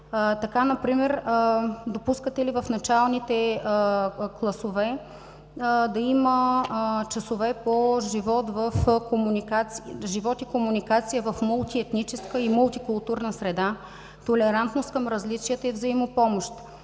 възраст? Допускате ли в началните класове да има часове по живот и комуникация в мултиетническа и мултикултурна среда, толерантност към различията и взаимопомощ?